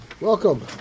Welcome